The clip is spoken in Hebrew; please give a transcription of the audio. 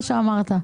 שאמרת.